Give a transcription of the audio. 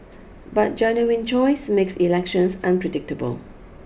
but genuine choice makes elections unpredictable